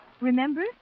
remember